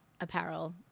apparel